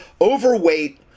overweight